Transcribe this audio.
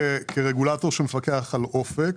כרגולטור שמפקח על אופק,